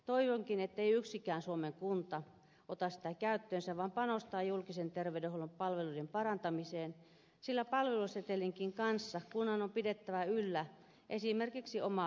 toivonkin että yksikään suomen kunta ei ota sitä käyttöönsä vaan panostaa julkisen terveydenhuollon palveluiden parantamiseen sillä palvelusetelinkin kanssa kunnan on pidettävä yllä esimerkiksi omaa perusterveydenhuoltoaan